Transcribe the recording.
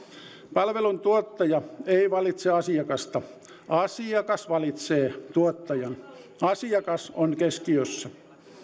palveluntuottaja ei valitse asiakasta asiakas valitsee tuottajan asiakas on keskiössä